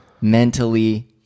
mentally